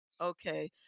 Okay